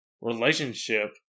relationship